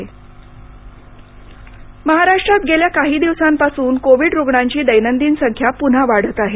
मख्यमंत्री महाराष्ट्रात गेल्या काही दिवसांपासून कोविड रुग्णांची दैनंदिन संख्या पुन्हा वाढत आहे